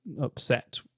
upset